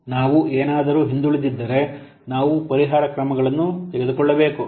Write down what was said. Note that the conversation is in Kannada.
ನಾವು ಏನಾದರೂ ಹಿಂದುಳಿದಿದ್ದರೆ ನಾವು ಪರಿಹಾರ ಕ್ರಮಗಳನ್ನು ತೆಗೆದುಕೊಳ್ಳಬೇಕು